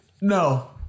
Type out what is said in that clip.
No